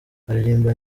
aririmba